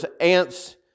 ants